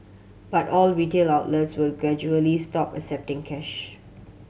but all retail outlets will gradually stop accepting cash